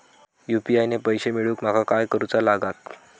UPI ने पैशे मिळवूक माका काय करूचा लागात?